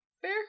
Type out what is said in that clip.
Fair